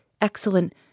Excellent